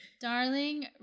Darling